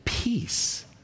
peace